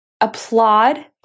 applaud